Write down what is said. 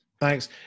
Thanks